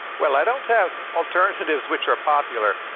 well, i don't have alternatives which are popular.